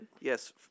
Yes